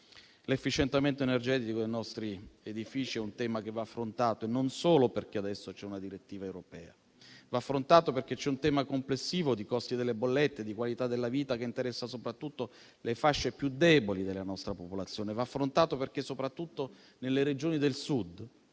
L'efficientamento energetico dei nostri edifici è un tema che va affrontato e non solo perché adesso c'è una direttiva europea. Va affrontato perché c'è un tema complessivo di costi delle bollette e di qualità della vita che interessa soprattutto le fasce più deboli della nostra popolazione. Va affrontato perché, soprattutto nelle Regioni del Sud,